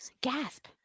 Gasp